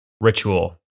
ritual